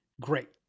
Great